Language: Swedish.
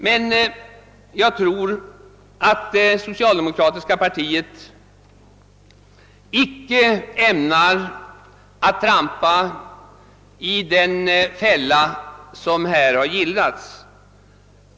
Men jag tror inte att det socialdemokratiska partiet ämnar trampa i den fälla som här har gillrats.